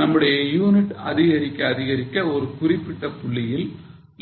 நம்முடைய யூனிட் அதிகரிக்க அதிகரிக்க ஒரு குறிப்பிட்ட புள்ளியில்